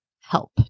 help